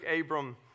Abram